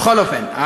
בכל אופן,